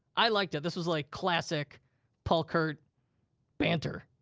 i liked it. this was like, classic paul-kurt banter.